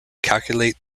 calculate